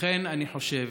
לכן, אני חושב,